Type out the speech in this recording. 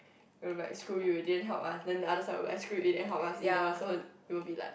will like screw you you didn't help us then the other side will like screw you didn't help us either so it will be like